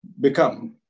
become